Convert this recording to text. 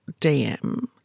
DM